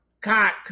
cock